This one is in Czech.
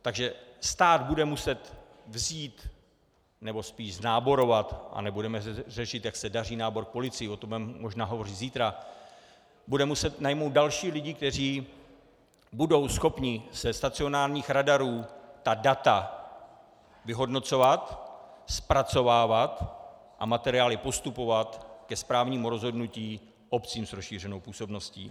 Takže stát bude muset znáborovat, a nebudeme řešit, jak se daří nábor k policii, o tom budeme možná hovořit zítra, bude muset najmout další lidi, kteří budou schopni ze stacionárních radarů data vyhodnocovat, zpracovávat a materiály postupovat ke správnímu rozhodnutí obcím s rozšířenou působností.